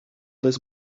this